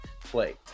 play